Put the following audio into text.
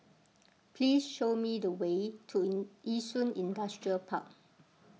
please show me the way to Yishun Industrial Park